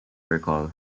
recall